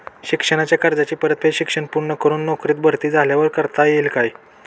शिक्षणाच्या कर्जाची परतफेड शिक्षण पूर्ण करून नोकरीत भरती झाल्यावर करता येईल काय?